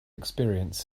experience